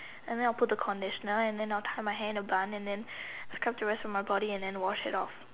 and then I will put conditioner and then I will tie my hair into a bun and then I scrub the rest of my body and then wash it off